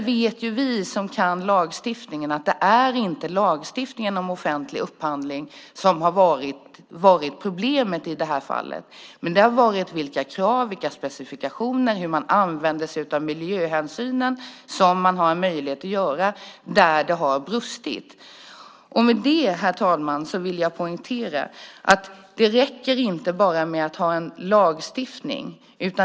Vi som kan lagstiftningen vet att det inte är lagen om offentlig upphandling som varit problemet i det här fallet. Det har varit när det gäller vilka krav man ställer, vilka specifikationer som finns och hur man använder miljöhänsynen, som man har möjlighet att göra, som det har brustit. Jag vill med det poängtera att det inte räcker med att ha en lagstiftning.